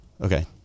Okay